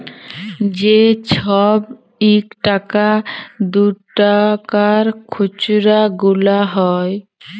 যে ছব ইকটাকা দুটাকার খুচরা গুলা হ্যয়